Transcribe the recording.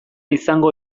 izango